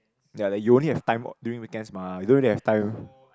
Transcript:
ya like you only have time during weekends mah you don't really have time